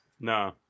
No